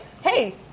hey